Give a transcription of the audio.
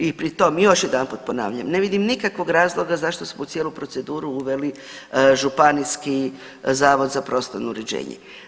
I pri tom još jedanput ponavljam, ne vidim nikakvog razloga zašto smo u cijelu proceduru uveli županijski zavod za prostorno uređenje.